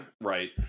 Right